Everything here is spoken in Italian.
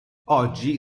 oggi